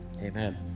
amen